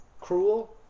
cruel